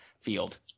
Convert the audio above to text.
field